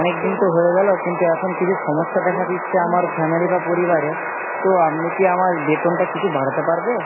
অনেক দিন তো হয়ে গেল কিন্তু এখন কিছু সমস্যা দেখা দিচ্ছে আমার ফ্যামিলি বা পরিবারে তো আপনি কি আমার বেতনটা কিছু বাড়াতে পারবে